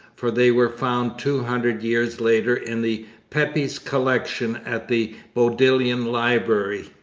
for they were found two hundred years later in the pepys collection at the bodleian library.